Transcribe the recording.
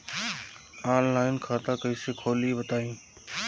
Online खाता कइसे खोली बताई?